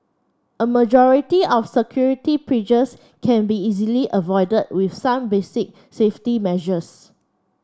a majority of security breaches can be easily avoided with some basic safety measures